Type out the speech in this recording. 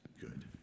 good